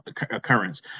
occurrence